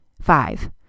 Five